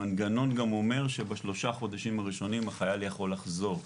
המנגנון גם אומר שבשלושה חודשים הראשונים החייל יכול לחזור.